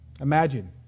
Imagine